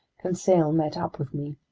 conseil met up with me,